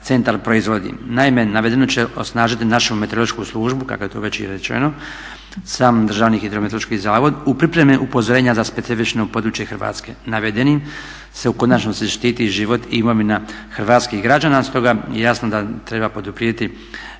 centar proizvodi. Naime, navedeno će osnažiti našu meteorološku službu kako je to već i rečeno, sam Državni hidrometeorološki zavod u pripremi upozorenja za specifično područje Hrvatske. Navedenim se u konačnici štiti život i imovina hrvatskih građana stoga je jasno da treba poduprijeti